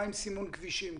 מה עם סימון כבישים,